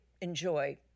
enjoy